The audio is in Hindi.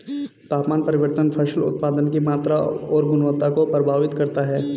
तापमान परिवर्तन फसल उत्पादन की मात्रा और गुणवत्ता को प्रभावित करता है